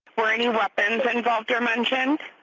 were any weapons involved or mentioned?